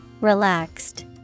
Relaxed